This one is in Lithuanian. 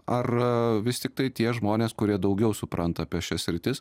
ar vis tiktai tie žmonės kurie daugiau supranta apie šias sritis